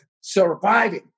surviving